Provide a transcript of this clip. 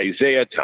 Isaiah